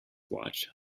watch